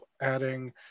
adding